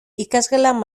ikasgelan